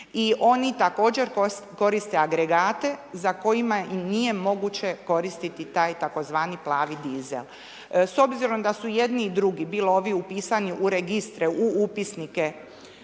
i oni također koriste agregate za kojima i nije moguće koristiti taj tzv. plavi dizel. S obzirom da su i jedni i drugi, bilo ovi upisani u registre, u upisnike,